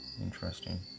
interesting